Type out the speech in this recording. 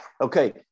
Okay